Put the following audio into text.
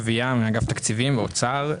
אגף התקציבים במשרד האוצר.